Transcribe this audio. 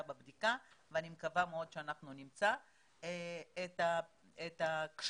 בבדיקה ואני מקווה שמאוד שאנחנו נמצא את הכשלים.